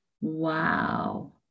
Wow